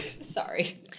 Sorry